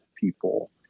people